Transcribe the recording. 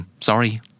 sorry